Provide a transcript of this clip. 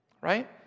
Right